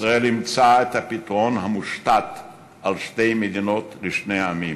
ישראל אימצה את הפתרון המושתת על שתי מדינות לשני העמים: